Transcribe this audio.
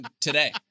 today